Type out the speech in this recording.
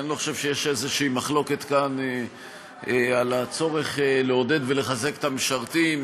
אני לא חושב שיש איזו מחלוקת כאן על הצורך לעודד ולחזק את המשרתים.